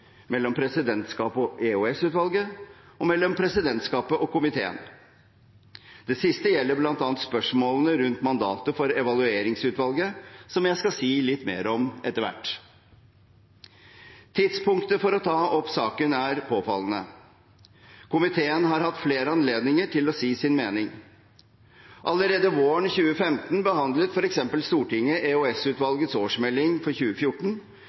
mellom presidentskapet og EOS-utvalget og mellom presidentskapet og komiteen. Det siste gjelder bl.a. spørsmålene rundt mandatet for Evalueringsutvalget, som jeg skal si litt mer om etter hvert. Tidspunktet for å ta opp saken er påfallende. Komiteen har hatt flere anledninger til å si sin mening. Allerede våren 2015 behandlet f.eks. Stortinget EOS-utvalgets årsmelding for 2014,